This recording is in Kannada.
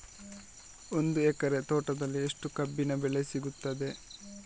ಒಂದು ಎಕರೆ ತೋಟದಲ್ಲಿ ಎಷ್ಟು ಕಬ್ಬಿನ ಬೆಳೆ ಸಿಗುತ್ತದೆ?